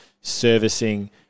servicing